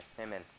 Amen